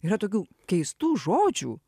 yra tokių keistų žodžių